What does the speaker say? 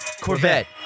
Corvette